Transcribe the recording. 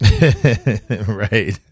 Right